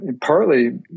Partly